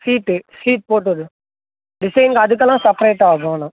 sheet sheet போடுகிறது டிசைன்லாம் அதுக்கெல்லாம் செப்ரேட் ஆகும் ஆனால்